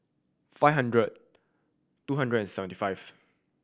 five hundred two hundred and seventy five